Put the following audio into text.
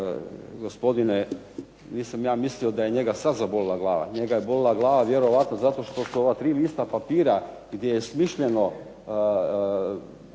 gospodine nisam ja mislio da je njega sad zabolila glava, njega je bolila glava vjerojatno zato što su ova tri lista papira gdje je smišljeno,